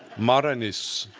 modernists.